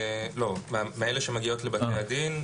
מאלה שמגיעות לבתי הדין,